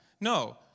No